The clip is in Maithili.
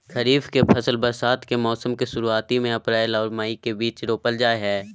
खरीफ के फसल बरसात के मौसम के शुरुआती में अप्रैल आर मई के बीच रोपल जाय हय